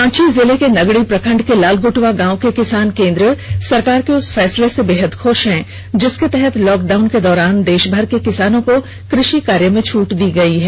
रांची जिले के नगड़ी प्रखंड के लालगुटवा गांव के किसान केंद्र सरकार के उस फैसले से बेहद खुश हैं जिसके तहत लॉक डाउन के दौरान देशभर के किसानों को कृषि कार्य में छट दी गई है